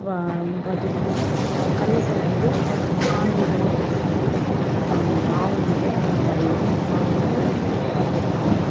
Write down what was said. வா பார்த்துக்கிட்டீங்கன்னா கடலக்கா வந்து ஆனியில் இது பண்ணி ஆவணியில் இந்தமாதிரி மாதங்களில் அறுவடை பண்ணலாம்